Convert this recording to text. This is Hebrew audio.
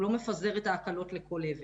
הוא לא מפזר את ההתאמות לכל עבר.